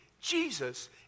Jesus